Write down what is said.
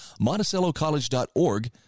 MonticelloCollege.org